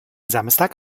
samstag